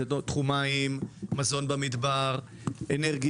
מדובר על תחום המים, מזון במדבר, אנרגיה.